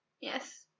yes